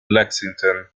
lexington